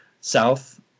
south